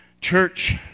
Church